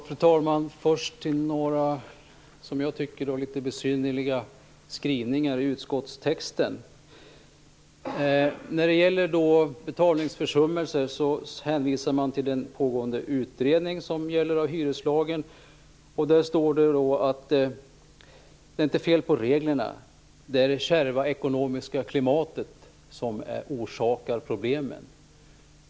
Fru talman! Först vill jag ta upp några i mitt tycke litet besynnerliga skrivningar i utskottstexten. Vad gäller betalningsförsummelser hänvisar utskottet till den pågående utredningen om hyreslagen. Man skriver att det inte är fel på reglerna utan att det är det kärva ekonomiska klimatet som orsakar problemen.